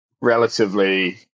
relatively